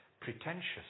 pretentious